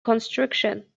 constructions